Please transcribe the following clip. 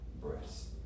breasts